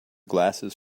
glasses